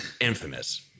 infamous